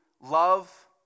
love